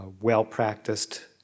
well-practiced